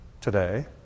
today